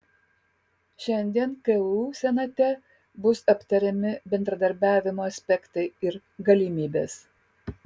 šiandien ku senate bus aptariami bendradarbiavimo aspektai ir galimybės